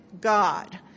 God